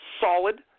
solid